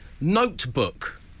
Notebook